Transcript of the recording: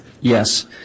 Yes